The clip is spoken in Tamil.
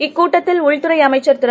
இந்தகூட்டத்தில் உள்துறைஅமைச்சா் திரு